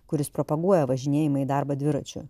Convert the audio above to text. kuris propaguoja važinėjimą į darbą dviračiu